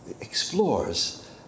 explores